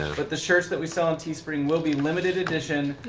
but the shirts that we sell on teespring will be limited edition.